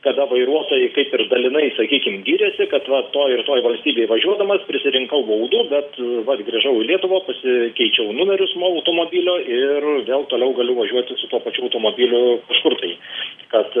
kada vairuotojai kaip ir dalinai sakykim giriasi kad vat toj ir toj valstybėj važiuodamas prisirinkau baudų bet vat grįžau į lietuvą pasikeičiau numerius nuo automobilio ir vėl toliau galiu važiuoti su tuo pačiu automobiliu kažkur tai kad